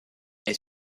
est